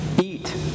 Eat